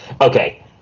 Okay